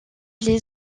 les